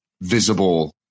visible